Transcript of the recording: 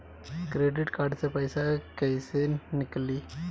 Credit card से पईसा केइसे निकली?